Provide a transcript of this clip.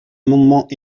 amendement